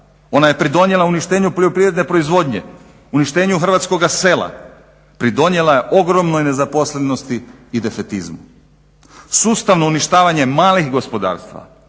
ona je pridonijela uništenju poljoprivredne proizvodnje, uništenju hrvatskoga sela, pridonijela je ogromnoj nezaposlenosti i defetizmu. Sustavno uništavanja malih gospodarstava,